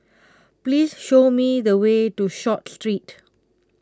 please show me the way to Short Street